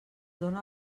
dóna